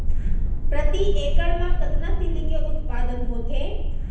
प्रति एकड़ मा कतना तिलि के उत्पादन होथे?